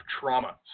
trauma